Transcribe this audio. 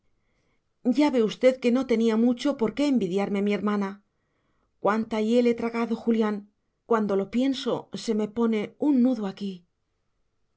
ve usted que no tenía mucho por qué envidiarme mi hermana cuánta hiel he tragado julián cuando lo pienso se me pone un nudo aquí